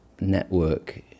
network